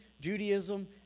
Judaism